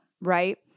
right